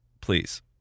Please